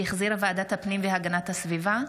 שהחזירה ועדת הפנים והגנת הסביבה,